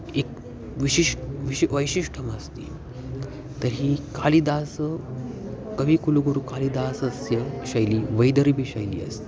एका विशिष्टा विशिष्टा विशिष्टा अस्ति तर्हि कालिदासः कविकुल्गुरुकालिदासस्य शैली वैदर्भी शैली अस्ति